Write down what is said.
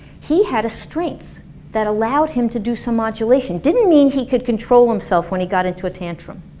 he had a strength that allowed him to do some modulation. didn't mean he could control himself when he got into a tantrum.